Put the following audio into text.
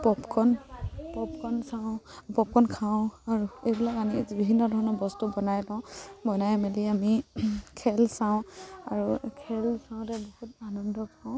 popcorn popcorn চাওঁ popcorn খাওঁ আৰু এইবিলাক আনি বিভিন্ন ধৰণৰ বস্তু বনাই লওঁ বনাই মেলি আমি খেল চাওঁ আৰু খেল চাওঁতে বহুত আনন্দ পাওঁ